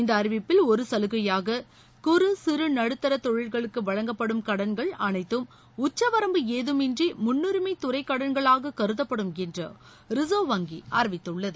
இந்த அறிவிப்பில் ஒரு கலுகையாக குறு சிறு நடுத்தர தொழில்களுக்கு வழங்கப்படும் கடன்கள் அனைத்தும் உச்சவரம்பு ஏதுமின்றி முன்னுரிமை துறை கடன்களாக கருதப்படும் என்றும் ரிசர்வ் வங்கி அறிவித்துள்ளது